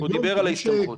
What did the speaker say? הוא דיבר על ההסתמכות.